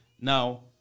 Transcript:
Now